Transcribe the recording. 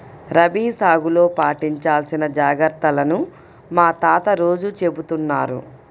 రబీ సాగులో పాటించాల్సిన జాగర్తలను మా తాత రోజూ చెబుతున్నారు